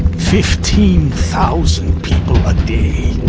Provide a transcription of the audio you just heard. fifteen thousand people a day,